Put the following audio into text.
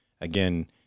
again